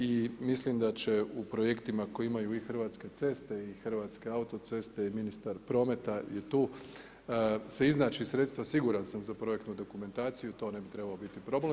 I mislim da će u projektima koje imaju i Hrvatske ceste i Hrvatske autoceste i ministar prometa je tu, se iznaći sredstva siguran sam za projektnu dokumentaciju, to ne bi trebao biti problem.